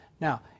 Now